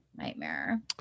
nightmare